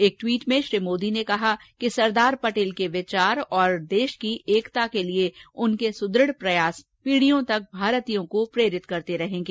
एक ट्वीट में श्री मोदी ने कहा कि सरदार पटेल के विचार तथा देश की एकता के लिए उनके सुढ़ढ़ प्रयास पीढ़ियों तक भारतीयों को प्रेरित करते रहेंगे